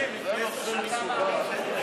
תקשיב רגע, זה נושא מסובך.